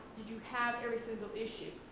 did you have every single issue.